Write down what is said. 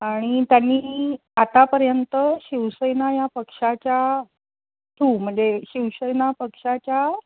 आणि त्यांनी आतापर्यंत शिवसेना या पक्षाच्या थ्रू म्हणजे शिवसेना पक्षाच्या